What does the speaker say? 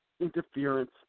interference